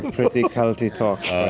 but pretty culty talk.